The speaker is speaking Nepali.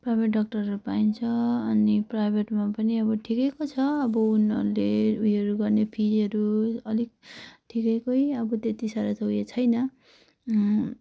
प्राइभेट डाक्टरहरू पाइन्छ अनि प्राइभेटमा पनि अब ठिकैको छ अब उनीहरूले उयोहरू गर्ने फिहरू अलिक ठिकैकै अब त्यति साह्रो त उयो छैन